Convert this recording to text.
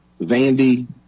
Vandy